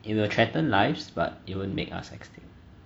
it will threatened lives but it won't make us extinct